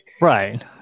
right